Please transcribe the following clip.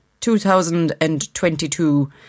2022